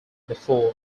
before